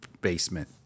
basement